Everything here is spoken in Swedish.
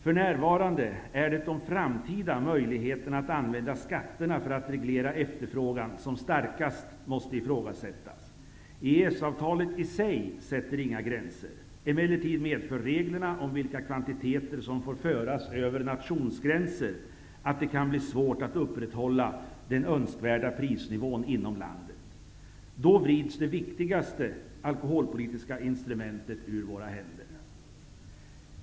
För närvarande är det de framtida möjligheterna att använda skatterna för att reglera efterfrågan som starkast måste ifrågasättas. EES-avtalet i sig sätter inga gränser. Emellertid medför reglerna om vilka kvantiteter som får föras över nationsgränser att det kan bli svårt att upprätthålla den önskvärda prisnivån inom landet. Då vrids det viktigaste alkoholpolitiska instrumentet ur våra händer.